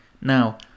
Now